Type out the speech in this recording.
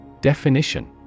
Definition